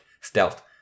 stealth